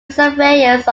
surveyors